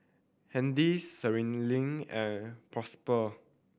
Handy Sherilyn and Prosper